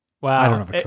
Wow